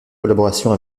collaboration